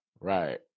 right